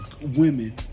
women